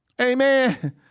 Amen